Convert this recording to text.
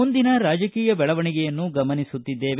ಮುಂದಿನ ರಾಜಕೀಯ ಬೆಳವಣಿಗೆಯನ್ನು ಗಮನಿಸುತ್ತಿದ್ದೇವೆ